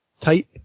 type